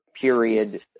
period